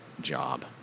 job